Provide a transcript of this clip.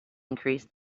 increase